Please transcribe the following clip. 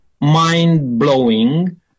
mind-blowing